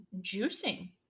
juicing